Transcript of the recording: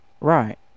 Right